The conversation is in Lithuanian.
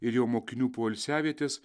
ir jo mokinių poilsiavietės